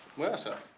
where sir?